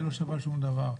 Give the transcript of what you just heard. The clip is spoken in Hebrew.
היא לא שווה שום דבר.